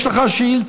יש לך שאילתה.